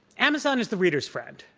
amazon is the reader's friend.